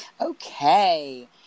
Okay